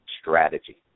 strategy